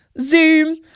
zoom